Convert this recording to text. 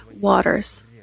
waters